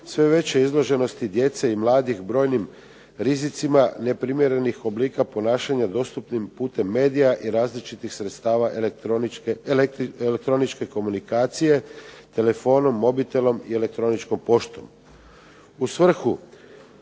sve veće izloženosti djece i mladih brojnim rizicima neprimjerenih oblika ponašanja dostupnih putem medija i različitih sredstava elektroničke komunikacije, telefonom, mobitelom i elektroničkom poštom. U svrhu